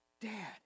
Dad